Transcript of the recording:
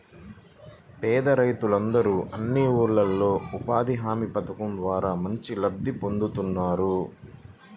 పేద రైతులందరూ అన్ని ఊర్లల్లో ఉపాధి హామీ పథకం ద్వారా మంచి లబ్ధి పొందుతున్నారు